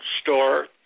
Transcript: store